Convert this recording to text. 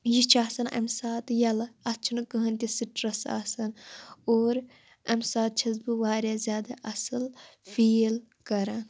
یہِ چھِ آسان امہِ ساتہٕ ییٚلہِ اَتھ چھِنہٕ کٕہٕنۍ تہِ سِٹرَس آسان اور امہِ ساتہٕ چھس بہٕ واریاہ زیادٕ اَصٕل فیٖل کَران